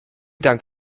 dank